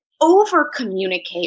Over-communicate